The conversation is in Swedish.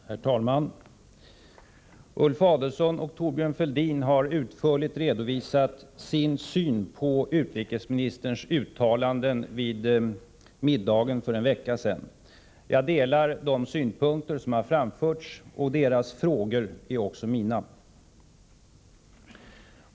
Herr talman! Ulf Adelsohn och Thorbjörn Fälldin har utförligt redovisat sin syn på utrikesministerns uttalanden vid middagen för en vecka sedan. Jag delar de synpunkter som har framförts, och deras frågor är också mina.